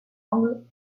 angle